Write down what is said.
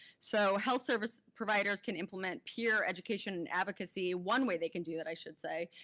so health service providers can implement peer education and advocacy. one way they can do that, i should say,